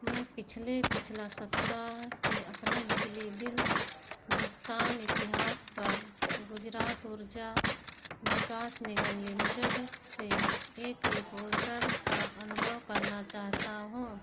मैं पिछले पिछले सप्ताह के अपने बिजली बिल भुगतान इतिहास पर गुजरात ऊर्जा विकास निगम लिमिटेड से एक रिपोर्टर का अनुभव करना चाहता हूँ